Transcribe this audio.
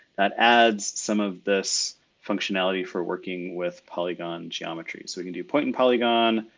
that adds some of this functionality for working with polygon geometry. so we can do point and polygon.